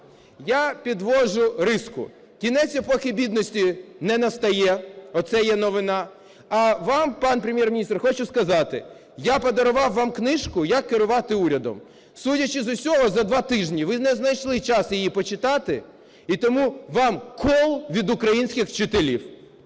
Я підводжу риску. Кінець епохи бідності не настає. Оце є новина. А вам пан Прем'єр-міністр хочу сказати. Я подарував вам книжку "Як керувати урядом". Судячи з усього, за два тижні ви не знайшли час її почитати, і тому вам кол від українських вчителів.